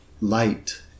light